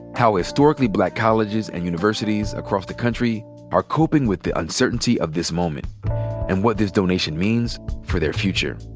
how historically black colleges and universities across the country are coping with the uncertainty of this moment and what this donation means for their future.